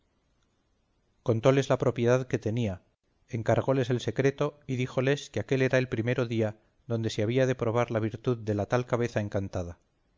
contóles la propiedad que tenía encargóles el secreto y díjoles que aquél era el primero día donde se había de probar la virtud de la tal cabeza encantada